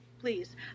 please